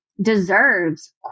deserves